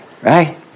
right